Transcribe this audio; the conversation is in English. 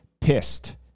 pissed